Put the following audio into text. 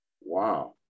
Wow